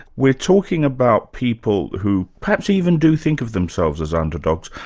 we're talking about people who perhaps even do think of themselves as underdogs,